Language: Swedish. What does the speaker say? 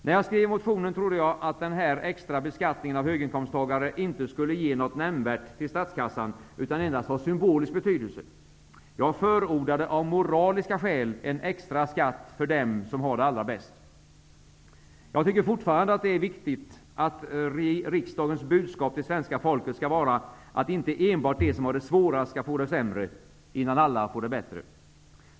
När jag skrev motionen trodde jag att den här extra beskattningen av höginkomsttagare inte skulle ge något nämnvärt till statskassan utan endast ha symbolisk betydelse. Jag förordade av moraliska skäl en extra skatt för dem som har det allra bäst. Jag tycker fortfarande att det är viktigt att riksdagens budskap till svenska folket skall vara att inte enbart de som har det svårast skall få det sämre innan alla får det bättre.